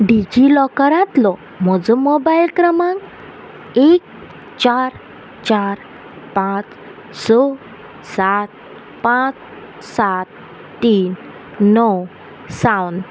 डिजिलॉकरांतलो म्हजो मोबायल क्रमांक एक चार चार पांच स सात पांच सात तीन णव सावन